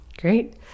Great